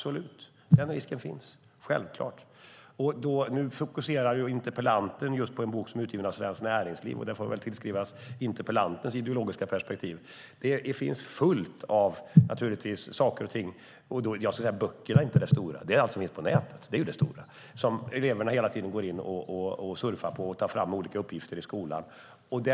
Den risken finns absolut; det är självklart. Interpellanten fokuserar just på en bok som är utgiven av Svenskt Näringsliv. Det får väl tillskrivas interpellantens ideologiska perspektiv. Böckerna är inte det stora problemet, utan det stora problemet är allt det som finns på nätet. Eleverna går hela tiden in på nätet, surfar och tar fram olika uppgifter i skolan.